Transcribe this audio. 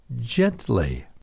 gently